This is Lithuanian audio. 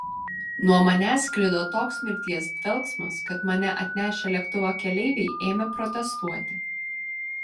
nuo manęs sklido toks mirties dvelksmas kad mane atnešę lėktuvo keleiviai ėmė protestuoti